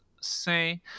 Say